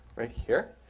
right here.